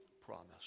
promise